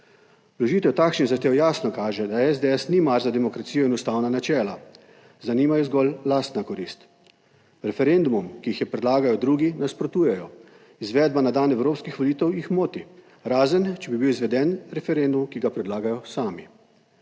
Vložitev takšnih zahtev jasno kaže, da SDS ni mar za demokracijo in ustavna načela, zanima jih zgolj lastna korist. Referendumom, ki jih je predlagal drugi nasprotujejo, izvedba na dan evropskih volitev jih moti, razen če bi bil izveden referendum, ki ga predlagajo sami.